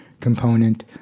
component